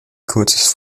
kurzes